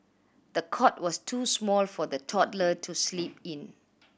the cot was too small for the toddler to sleep in